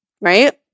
right